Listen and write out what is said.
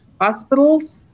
hospitals